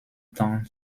town